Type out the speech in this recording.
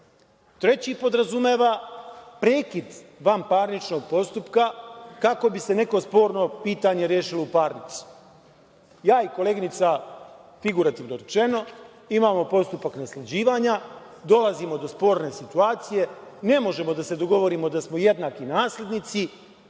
Treći podrazumeva prekid vanparničnog postupka kako bi se neko sporno pitanje rešilo u parnici. Koleginica i ja, figurativno rečeno, imamo postupak nasleđivanja, dolazimo do sporne situacije, ne možemo da se dogovorimo da smo jednaki naslednici,